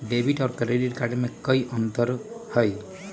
Debit और credit card में कई अंतर हई?